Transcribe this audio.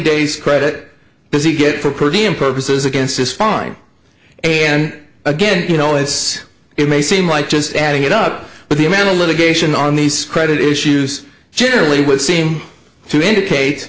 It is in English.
days credit does he get for per diem purposes against this fine and again you know it's it may seem like just adding it up but the amanda litigation on these credit issues generally would seem to indicate